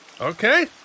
Okay